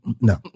No